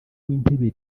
w’intebe